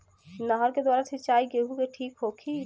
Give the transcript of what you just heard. नहर के द्वारा सिंचाई गेहूँ के ठीक होखि?